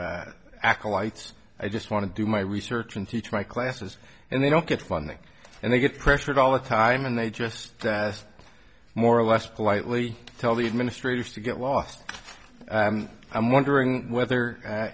of acolytes i just want to do my research and teach my classes and they don't get funding and they get pressured all the time and they just ask more or less politely tell the administrators to get lost i'm wondering whether